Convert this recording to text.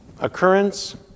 occurrence